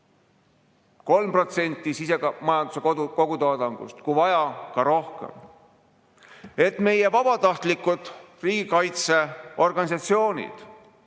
3% sisemajanduse kogutoodangust, kui vaja, siis ka rohkem, et meie vabatahtlikud riigikaitseorganisatsioonid,